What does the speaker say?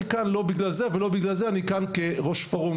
אני כאן לא בגלל זה ולא בגלל זה אני כאן כראש פורום